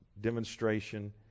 demonstration